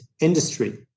industry